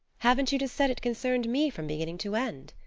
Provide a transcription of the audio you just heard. haven't you just said it concerned me from beginning to end?